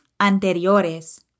anteriores